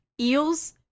eels